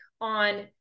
on